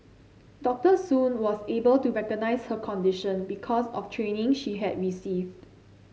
Doctor Soon was able to recognise her condition because of training she had received